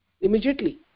immediately